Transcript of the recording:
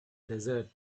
desert